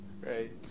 right